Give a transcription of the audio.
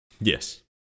Yes